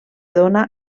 dóna